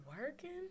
Working